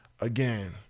Again